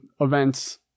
events